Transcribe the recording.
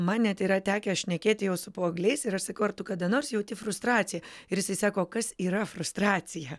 man net yra tekę šnekėti jau su paaugliais ir aš sakau ar tu kada nors jauti frustraciją ir jisai sako kas yra frustracija